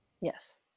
Yes